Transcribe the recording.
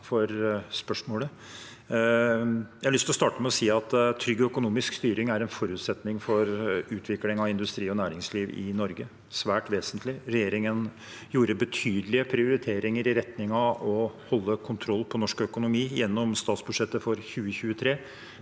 lyst å starte med å si at trygg økonomisk styring er en forutsetning for utvikling av industri og næringsliv i Norge – svært vesentlig. Regjeringen gjorde betydelige prioriteringer i retning av å holde kontroll på norsk økonomi gjennom statsbudsjettet for 2023.